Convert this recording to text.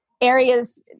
areas